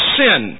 sin